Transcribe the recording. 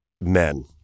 men